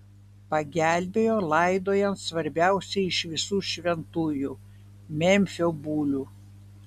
pagelbėjo laidojant svarbiausią iš visų šventųjų memfio bulių